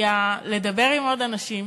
היא לדבר עם עוד אנשים.